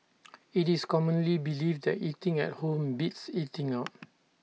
IT is commonly believed that eating at home beats eating out